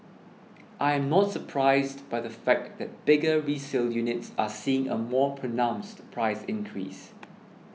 I'm not surprised by the fact that bigger resale units are seeing a more pronounced price increase